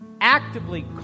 actively